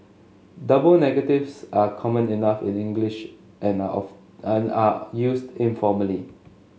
double negatives are common enough in English and of and are used informally